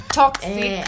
toxic